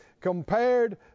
Compared